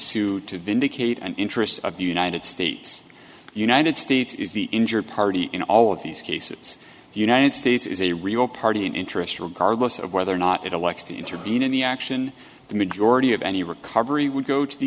sue to vindicate an interest of the united states the united states is the injured party in all of these cases the united states is a real party in interest regardless of whether or not it elects to intervene in the action the majority of any recovery would go to the